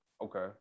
okay